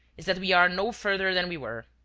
is that we are no further than we were.